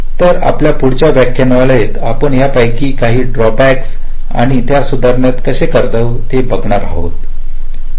तर आपल्या पुढच्या व्याख्यानात आपण यापैकी काही ड्रॉ बॅक आणि त्या सुधारण्यासाठी कसे पाहू या